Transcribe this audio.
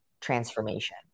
transformation